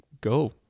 go